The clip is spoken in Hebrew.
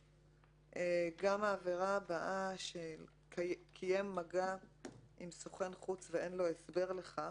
גם העבירה הבאה "קיים מגע עם סוכן חוץ ואין לו הסבר לכך"